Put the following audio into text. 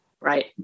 Right